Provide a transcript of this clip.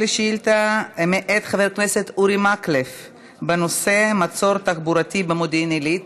על שאילתה מאת חבר הכנסת אורי מקלב בנושא: מצור תחבורתי במודיעין עילית.